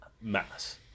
mass